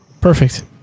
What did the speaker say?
Perfect